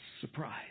surprise